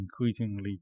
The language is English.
increasingly